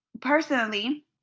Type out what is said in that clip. personally